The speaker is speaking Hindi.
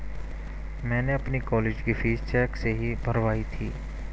मैंने अपनी कॉलेज की फीस चेक से ही भरवाई थी